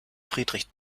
friedrich